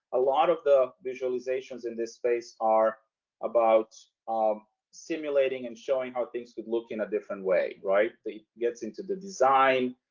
a lot of the visualizations in this space are about um simulating and showing how things could look in a different way the gets into the design.